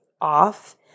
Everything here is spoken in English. off